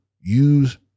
use